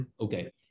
Okay